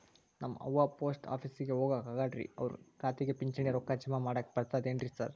ನಮ್ ಅವ್ವ ಪೋಸ್ಟ್ ಆಫೇಸಿಗೆ ಹೋಗಾಕ ಆಗಲ್ರಿ ಅವ್ರ್ ಖಾತೆಗೆ ಪಿಂಚಣಿ ರೊಕ್ಕ ಜಮಾ ಮಾಡಾಕ ಬರ್ತಾದೇನ್ರಿ ಸಾರ್?